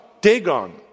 Dagon